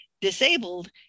disabled